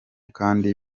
kandi